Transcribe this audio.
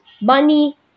money